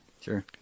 Sure